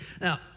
Now